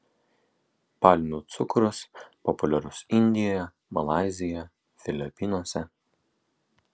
palmių cukrus populiarus indijoje malaizijoje filipinuose